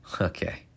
okay